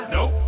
Nope